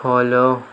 follow